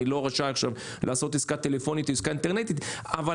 אני לא רשאי עכשיו לעשות עסקה טלפונית או עסקה אינטרנטית?